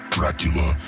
Dracula